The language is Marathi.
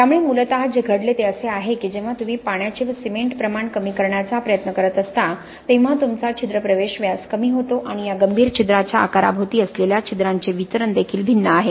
त्यामुळे मूलत जे घडले ते असे आहे की जेव्हा तुम्ही पाण्याचे व सिमेंट प्रमाण कमी करण्याचा प्रयत्न करत असता तेव्हा तुमचा छिद्र प्रवेश व्यास कमी होतो आणि या गंभीर छिद्राच्या आकाराभोवती असलेल्या छिद्रांचे वितरण देखील भिन्न आहे